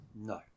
no